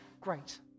great